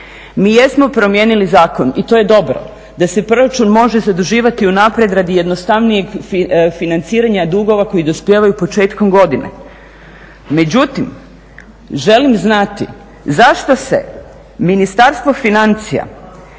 Mi jesmo promijenili zakon i to je dobro da se proračun može zaduživati unaprijed radi jednostavnijeg financiranja dugova koji dospijevaju početkom godine. Međutim, želim znati zašto se Ministarstvo financija